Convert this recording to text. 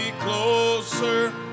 closer